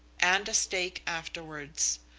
and a steak afterwards.